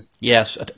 Yes